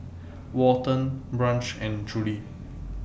Walton Branch and Juli